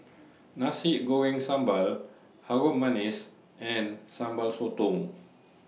Nasi Goreng Sambal Harum Manis and Sambal Sotong